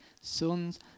Sons